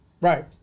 Right